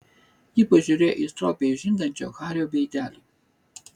ji pažiūrėjo į stropiai žindančio hario veidelį